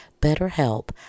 BetterHelp